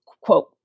quote